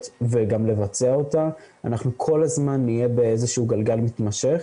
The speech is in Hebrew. וגם לבצע אותה אנחנו כל הזמן נהיה באיזה שהוא גלגל מתמשך